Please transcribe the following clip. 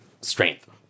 strength